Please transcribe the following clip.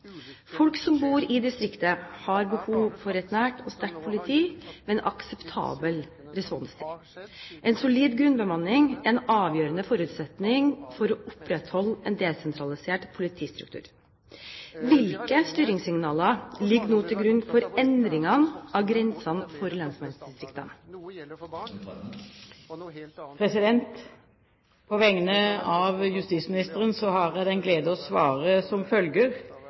Folk som bor i distriktet, har behov for et nært og sterkt politi med en akseptabel responstid. En solid grunnbemanning er en avgjørende forutsetning for å opprettholde en desentralisert politistruktur. Hvilke styringssignaler ligger til grunn for endringer av grensene for lensmannsdistriktene?» På vegne av justisministeren har jeg den glede å svare som følger: